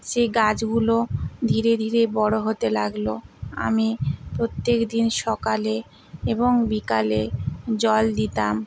সেই গাছগুলো ধীরে ধীরে বড়ো হতে লাগলো আমি প্রত্যেক দিন সকালে এবং বিকালে জল দিতাম